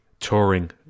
touring